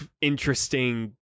interesting